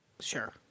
Sure